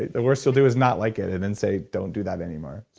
the worst you'll do is not like it, and then say, don't do that anymore.